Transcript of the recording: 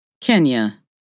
Kenya